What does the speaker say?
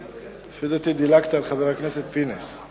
הלשון", והעדרים בארץ אינם מחוסנים נגדו.